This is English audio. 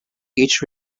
each